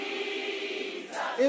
Jesus